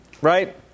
Right